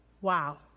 Wow